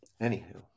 Anywho